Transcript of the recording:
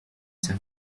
c’est